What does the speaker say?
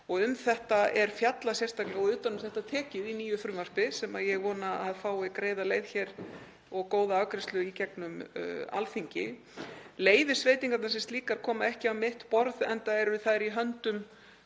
Um þetta er fjallað sérstaklega og utan um þetta tekið í nýju frumvarpi sem ég vona að fái greiða leið og góða afgreiðslu í gegnum Alþingi. Leyfisveitingarnar sem slíkar koma ekki á mitt borð, enda eru þær í höndum